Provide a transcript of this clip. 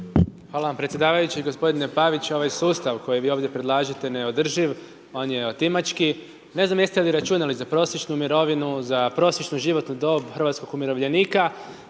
Hvala vam predsjedavajući. Gospodine Pavić, ovaj sustav koji vi ovdje predlažete je neodrživ, on je otimački. Ne znam jeste li računali za prosječnu mirovinu, za prosječnu životnu dob hrvatskog umirovljenika.